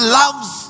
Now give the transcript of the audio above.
loves